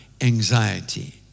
anxiety